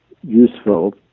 useful